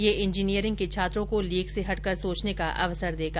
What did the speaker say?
ये इंजीनियरिंग के छात्रों को लीक से हटकर सोचने का अवसर देगा